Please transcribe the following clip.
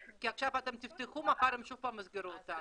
עכשיו אתם תפתחו ומחר הם שוב יסגרו אותם.